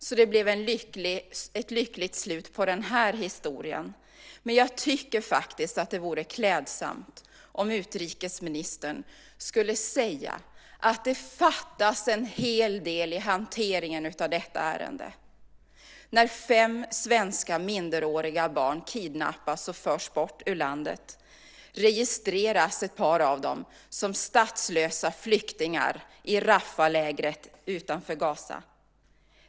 Så det blev ett lyckligt slut på den här historien. Men jag tycker faktiskt att det vore klädsamt om utrikesministern kunde säga att det fattas en hel del i hanteringen av detta ärende. När fem svenska minderåriga barn kidnappas och förs bort ur landet registreras ett par av dem som statslösa flyktingar i Rafahlägret utanför Gaza.